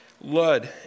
Lud